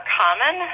common